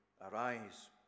Arise